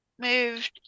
moved